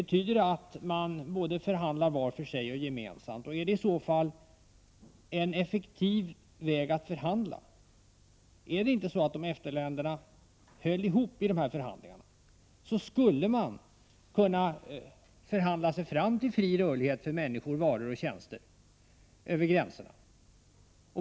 Betyder det att man förhandlar både var för sig och gemensamt? Är det i så fall ett effektivt sätt att förhandla? Är det inte så att EFTA-länderna, om de höll ihop i de förhandlingarna, skulle kunna förhandla sig fram till fri rörlighet för människor, varor och tjänster över gränserna?